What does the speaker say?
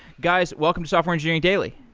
guys, welcome to software engineering daily.